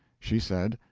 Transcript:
she said,